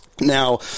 Now